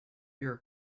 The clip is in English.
your